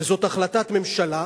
וזאת החלטת ממשלה,